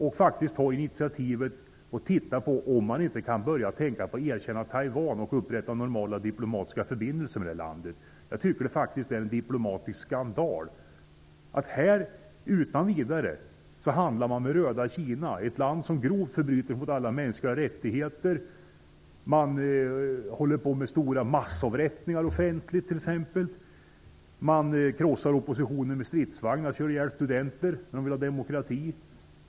Sverige bör ta initiativ till att ta reda på om man skulle kunna erkänna Taiwan och upprätta normala diplomatiska förbindelser med Taiwan. Det är en diplomatisk skandal att Sverige utan vidare handlar med röda Kina, ett land som grovt bryter mot alla mänskliga rättigheter. I Kina förekommer det t.ex. stora offentliga massavrättningar. Det förekommer också att oppositionen krossas med stridsvagnar och att studenter som vill ha demokrati körs ihjäl.